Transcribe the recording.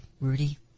Rudy